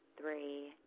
three